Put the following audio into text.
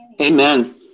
Amen